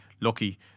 lucky